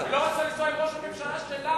היא לא רצתה לנסוע עם ראש הממשלה שלה.